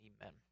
Amen